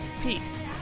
Peace